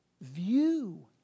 view